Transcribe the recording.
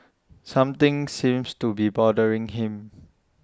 something seems to be bothering him